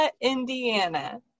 Indiana